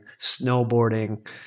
snowboarding